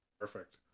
Perfect